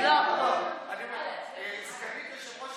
הבנתי שסגנית יושב-ראש